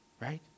right